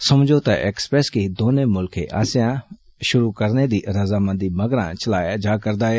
समझोता एक्सप्रेस गी दौनें मुल्खें आस्सेआ परतियै षुरु करने दी रजामंदी मगरा चलाया जा करदा ऐ